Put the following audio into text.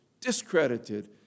discredited